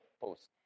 post